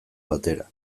batera